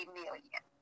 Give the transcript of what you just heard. million